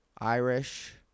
Irish